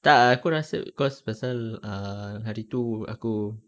tak ah aku rasa because pasal uh hari tu aku